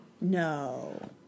No